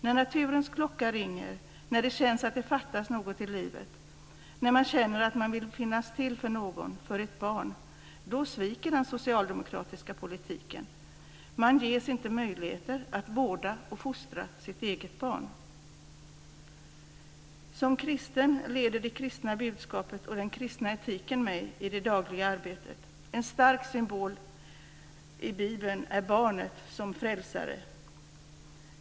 När naturens klocka ringer, när det känns som att det fattas något i livet, när man känner att man vill finnas till för någon, för ett barn, sviker den socialdemokratiska politiken. Man ges inte möjligheter att vårda och fostra sitt eget barn. Som kristen leder det kristna budskapet och den kristna etiken mig i mitt dagliga arbete. En stark symbol i Bibeln är barnet som frälsare.